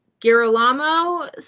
Girolamo